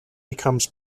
becomes